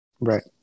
Right